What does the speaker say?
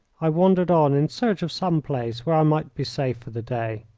i wandered on in search of some place where i might be safe for the day.